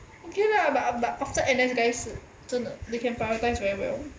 okay lah but but after N_S guys 是真的 they can prioritise very well